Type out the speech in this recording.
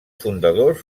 fundadors